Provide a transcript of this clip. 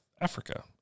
Africa